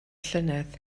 llynedd